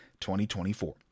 2024